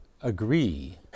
agree